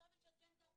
עכשיו יש אג'נדה אחרת.